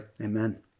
Amen